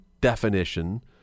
definition